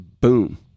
boom